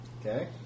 Okay